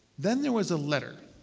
then there was a letter.